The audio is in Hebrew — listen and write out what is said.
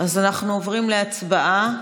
אז אנחנו עוברים להצבעה.